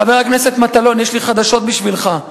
חבר הכנסת מטלון, יש לי חדשות בשבילך.